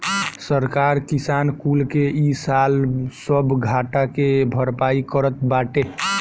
सरकार किसान कुल के इ साल सब घाटा के भरपाई करत बाटे